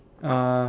um